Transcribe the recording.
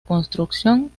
construcción